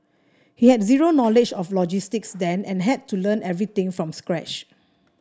he had zero knowledge of logistics then and had to learn everything from scratch